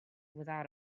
without